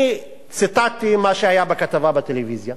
אני ציטטתי מה שהיה בכתבה בטלוויזיה.